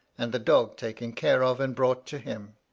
and the dog taken care of and brought to him.